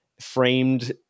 framed